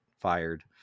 fired